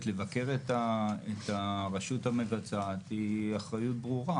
לבקר את הרשות המבצעת היא אחריות ברורה